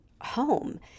home